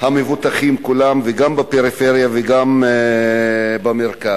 המבוטחים כולם, גם בפריפריה וגם במרכז,